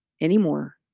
anymore